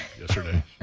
yesterday